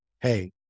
hey